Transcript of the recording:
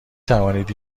توانید